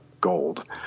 gold